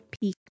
peak